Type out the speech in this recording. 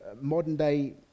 modern-day